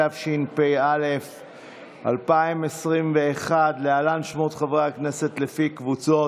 התשפ"א 2021. להלן שמות חברי הכנסת לפי קבוצות: